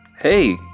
Hey